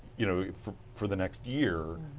you know for for the next year,